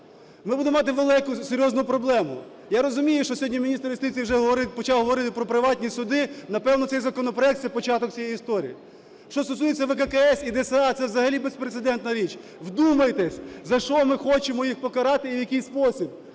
Ми будемо мати велику серйозну проблему. Я розумію, що сьогодні міністр юстиції вже говорив, почав говорити про приватні суди, напевне, цей законопроект – це початок цієї історії. Що стосується ВККС і ДСА, це взагалі безпрецедентна річ. Вдумайтесь, за що ми хочемо їх покарати і в який спосіб.